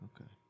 Okay